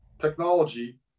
technology